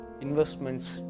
investments